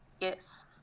Yes